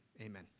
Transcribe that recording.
Amen